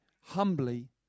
humbly